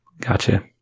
Gotcha